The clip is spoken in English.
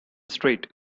straight